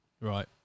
Right